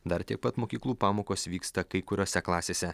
dar tiek pat mokyklų pamokos vyksta kai kuriose klasėse